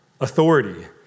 authority